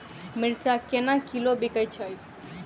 मिर्चा केना किलो बिकइ छैय?